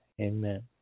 Amen